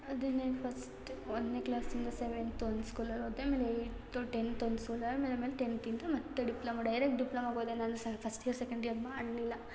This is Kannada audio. ಅದನ್ನೇ ಫಸ್ಟ್ ಒಂದನೇ ಕ್ಲಾಸಿಂದ ಸೆವೆಂತ್ ಒಂದು ಸ್ಕೂಲಲ್ಲಿ ಓದಿದೆ ಆಮೇಲೆ ಏಯ್ಟ್ತು ಟೆನ್ತ್ ಒಂದು ಸ್ಕೂಲಲ್ಲಿ ಆಮೇಲೆ ಆಮೇಲೆ ಟೆನ್ತಿಂದ ಮತ್ತು ಡಿಪ್ಲೊಮೊ ಡೈರೆಕ್ಟ್ ಡಿಪ್ಲೊಮೊಗೋದೆ ನಾನು ಸ ಫಸ್ಟ್ ಇಯರ್ ಸೆಕೆಂಡ್ ಇಯರ್ ಮಾಡಲಿಲ್ಲ